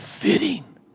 fitting